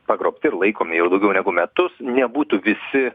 pagrobti ir laikomi jau daugiau negu metus nebūtų visi